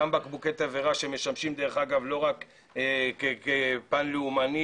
גם בקבוקי תבערה שמשמשים לא רק בפן הלאומני